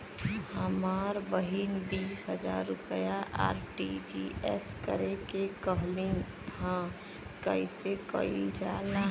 हमर बहिन बीस हजार रुपया आर.टी.जी.एस करे के कहली ह कईसे कईल जाला?